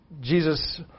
Jesus